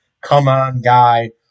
come-on-guy